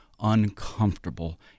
uncomfortable